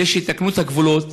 כדי שיתקנו את הגבולות,